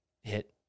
hit